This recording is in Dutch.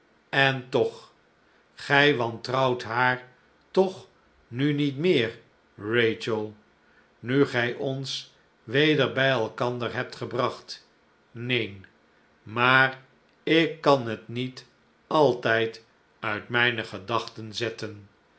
en toch gij wantrouwt haar toch nu niet meer rachel nu gij ons weder bij elkander hebtgebracht neen maar ik kan het niet altijd uit mijne gedachten zetten